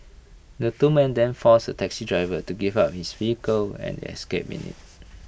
the two men then forced A taxi driver to give up his vehicle and escaped in IT